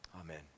Amen